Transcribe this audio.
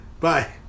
Bye